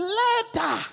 later